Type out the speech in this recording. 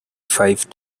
five